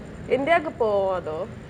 india கு போவே:ku poave though